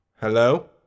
Hello